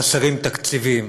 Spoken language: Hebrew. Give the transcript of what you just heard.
חסרים תקציבים,